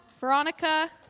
Veronica